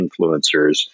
influencers